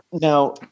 Now